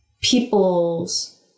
people's